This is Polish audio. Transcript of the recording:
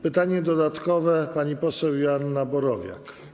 Pytanie dodatkowe zada pani poseł Joanna Borowiak.